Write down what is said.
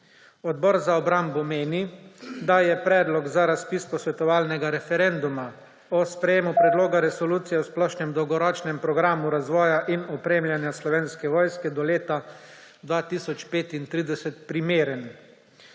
Odbor za obrambo meni, da je Predlog za razpis posvetovalnega referenduma o sprejemu Predloga resolucije o splošnem dolgoročnem programu razvoja in opremljanja Slovenske vojske do leta 2035 primeren.